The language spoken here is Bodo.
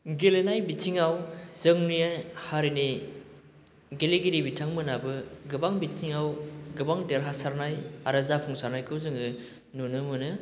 गेलेनाय बिथिङाव जोंनि हारिनि गेलेगिरि बिथांमोनहाबो गोबां बिथिङाव गोबां देरहासारनाय आरो जाफुंसारनायखौ जोङो नुनो मोनो